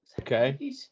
Okay